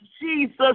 Jesus